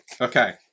Okay